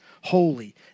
holy